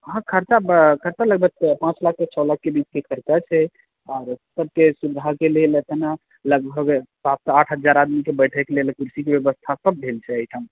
खर्चा कते लगभग पाँच लाख सँ छओ लाख के बिचके खर्चा छै और सबके सुविधाके लेल लगभग सात सँ आठ हजार आदमी के बैठे के लेल कुर्सीके व्यवस्था सब भेल छै एहिठाम